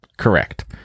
Correct